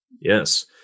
Yes